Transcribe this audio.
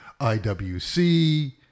IWC